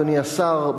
אדוני השר,